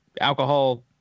alcohol